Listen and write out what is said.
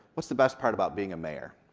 what's the best part about being a mayor,